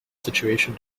situation